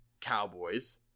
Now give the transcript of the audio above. Cowboys